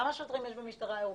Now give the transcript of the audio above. גלית, כמה שוטרים יש במשטרה הירוקה?